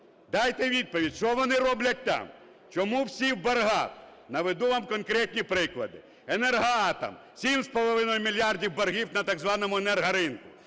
Дайте відповідь, що вони роблять там? Чому всі в боргах? Наведу вам конкретні приклади. "Енергоатом" – 7,5 мільярдів боргів на так званому "Енергоринку".